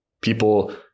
people